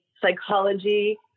psychology